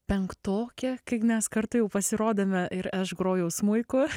penktokė kai mes kartu jau pasirodėme ir aš grojau smuiku